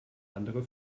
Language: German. andere